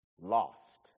lost